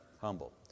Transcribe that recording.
humble